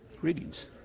Greetings